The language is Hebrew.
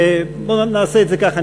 בואו נעשה את זה כך,